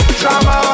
drama